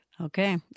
Okay